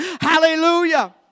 hallelujah